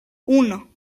uno